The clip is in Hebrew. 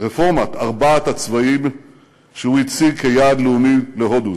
ארבעת הצבעים שהוא הציג כיעד לאומי להודו,